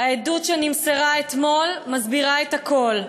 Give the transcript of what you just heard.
העדות שנמסרה אתמול מסבירה את הכול: